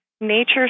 nature